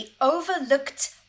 overlooked